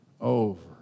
Over